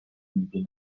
میبینم